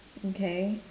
okay